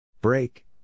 Break